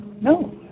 no